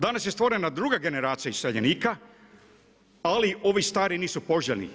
Danas je stvorena druga generacija iseljenika, ali ovi stari nisu poželjni.